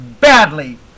badly